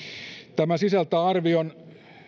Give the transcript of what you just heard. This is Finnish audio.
tämä sisältää arvion